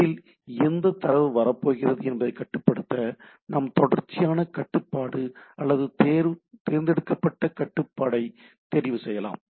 இதில் எந்த தரவு வரப்போகிறது என்பதைக் கட்டுப்படுத்த நாம் தொடர்ச்சியான கட்டுப்பாடு அல்லது தேர்ந்தெடுக்கப்பட்ட கட்டுப்பாட்டைத் தெரிவு செய்யலாம்